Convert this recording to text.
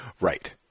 Right